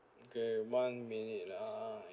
okay one minute ah